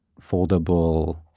foldable